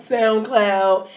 SoundCloud